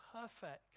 perfect